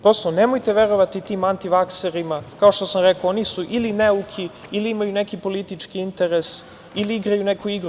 Prosto, nemojte verovati tim antivakserima, kao što sam rekao, oni su ili neuki ili imaju neki politički interes, ili igraju neku igru.